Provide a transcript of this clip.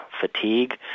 fatigue